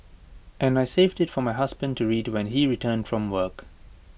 and I saved IT for my husband to read when he returned from work